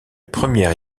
première